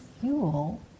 fuel